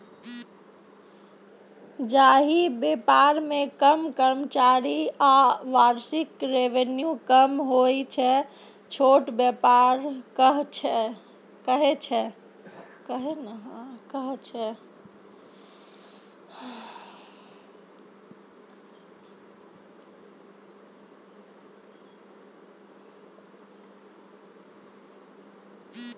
जाहि बेपार मे कम कर्मचारी आ बार्षिक रेवेन्यू कम होइ छै छोट बेपार कहय छै